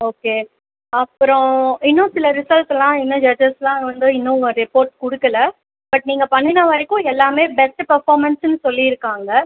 okay அப்புறம் இன்னும் சில ரிசல்ட்டுலாம் இன்னும் ஜட்ஜஸ்லாம் வந்து இன்னும் உங்கள் ரிப்போட் கொடுக்கல பட் நீங்கள் பண்ணுன வரைக்கும் எல்லாமே பெஸ்ட்டு பர்ஃபாமன்ஸுனு சொல்லிருக்காங்கள்